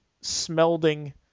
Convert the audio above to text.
smelting